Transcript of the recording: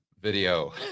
video